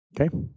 Okay